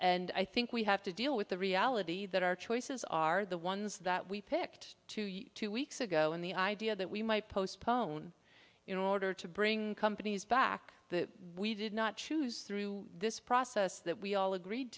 and i think we have to deal with the reality that our choices are the ones that we picked to use two weeks ago in the idea that we might postpone in order to bring companies back that we did not choose through this process that we all agreed